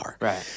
Right